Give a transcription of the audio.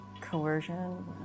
Coercion